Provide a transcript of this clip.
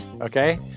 okay